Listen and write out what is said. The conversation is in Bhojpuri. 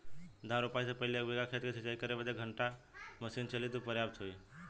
धान रोपाई से पहिले एक बिघा खेत के सिंचाई करे बदे क घंटा मशीन चली तू पर्याप्त होई?